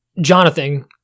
Jonathan